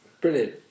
Brilliant